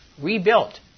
rebuilt